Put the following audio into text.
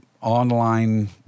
online